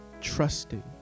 trusting